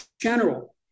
general